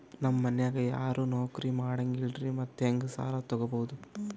ನಮ್ ಮನ್ಯಾಗ ಯಾರೂ ನೌಕ್ರಿ ಮಾಡಂಗಿಲ್ಲ್ರಿ ಮತ್ತೆಹೆಂಗ ಸಾಲಾ ತೊಗೊಬೌದು?